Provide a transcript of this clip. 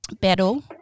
Battle